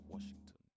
Washington